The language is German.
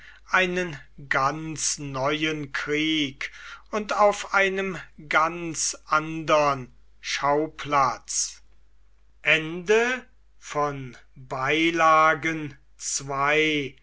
einen ganz neuen krieg und auf einem ganz andern schauplatz